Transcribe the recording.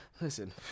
Listen